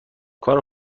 کار